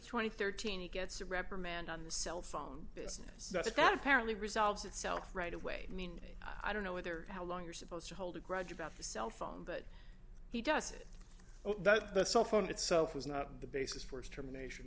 and thirteen he gets a reprimand on the cell phone business that apparently resolves itself right away i mean i don't know whether how long you're supposed to hold a grudge about the cell phone but he does it that the cell phone itself is not the basis for termination